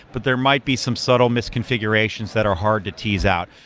but there might be some subtle misconfigurations that are hard to tease out.